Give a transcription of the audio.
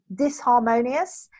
disharmonious